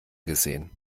gesehen